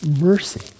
Mercy